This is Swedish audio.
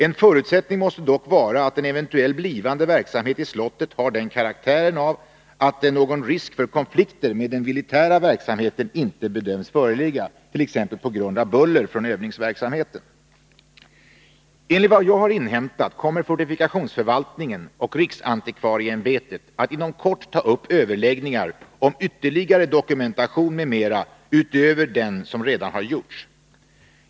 En förutsättning måste dock vara att en eventuell blivande verksamhet i slottet har den karaktären att någon risk för konflikter med den militära verksamheten inte bedöms föreligga, t.ex. på grund av buller från övningsverksamheten. Enligt vad jag har inhämtat kommer fortifikationsförvaltningen och riksantikvarieämbetet att inom kort ta upp överläggningar om ytterligare dokumentation m.m. utöver den som redan har gjorts.